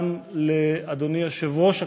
גם לאדוני יושב-ראש הכנסת,